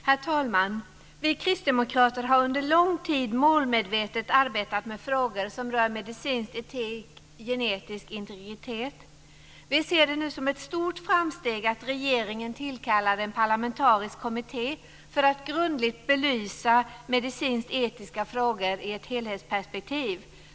Herr talman! Vi kristdemokrater har under lång tid målmedvetet arbetat med frågor som rör medicinsk etik och genetisk integritet. Vi ser det nu som ett stort framsteg att regeringen tillkallar en parlamentarisk kommitté för att grundligt belysa medicinsk-etiska frågor i ett helhetsperspektiv.